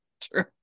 True